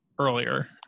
earlier